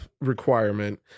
requirement